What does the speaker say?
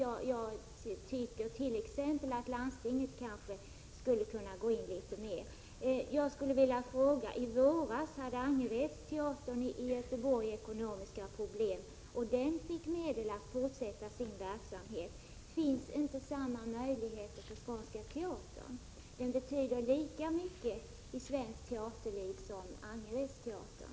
Jag anser t.ex. att landstinget skulle kunna gå in med litet mer medel. I våras hade Angeredsteatern i Göteborg ekonomiska problem, och den fick medel för att fortsätta sin verksamhet. Finns det inte samma möjligheter för Skånska teatern? Den teatern betyder lika mycket för svenskt teaterliv som Angeredsteatern.